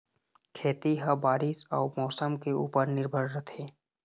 खेती ह बारीस अऊ मौसम के ऊपर निर्भर रथे